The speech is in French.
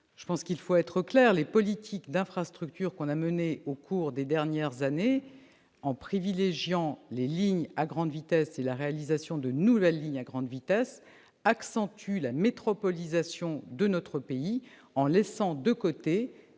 : les politiques en matière d'infrastructures menées au cours des dernières années, en privilégiant les lignes à grande vitesse et la réalisation de nouvelles lignes à grande vitesse, accentuent la métropolisation de notre pays. Elles ont laissé de côté